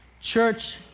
Church